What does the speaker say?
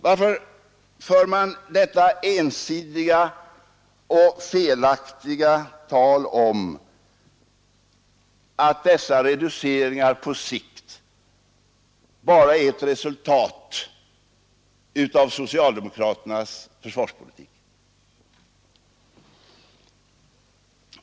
Varför detta ensidiga och felaktiga tal om att dessa reduceringar på sikt bara är ett resultat av socialdemokraternas försvarspolitik?